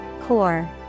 Core